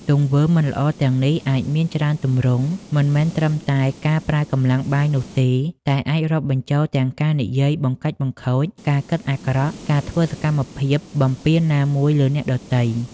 ទង្វើមិនល្អទាំងនេះអាចមានច្រើនទម្រង់ មិនមែនត្រឹមតែការប្រើកម្លាំងបាយនោះទេ តែអាចរាប់បញ្ចូលទាំង ការនិយាយបង្កាច់បង្ខូច ការគិតអាក្រក់ និងការធ្វើសកម្មភាពបំពានណាមួយលើអ្នកដទៃ។